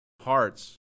hearts